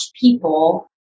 people